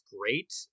great